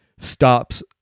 stops